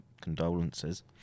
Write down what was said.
condolences